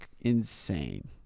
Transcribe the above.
insane